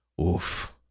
Oof